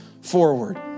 forward